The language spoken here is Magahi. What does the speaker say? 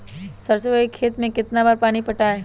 सरसों के खेत मे कितना बार पानी पटाये?